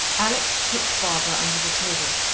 alex kicked barbara under the table,